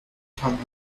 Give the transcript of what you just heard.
tank